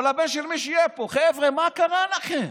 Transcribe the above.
או לבן של מי שיהיה פה: חבר'ה, מה קרה לכם?